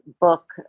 book